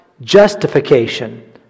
justification